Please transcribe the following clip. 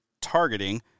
targeting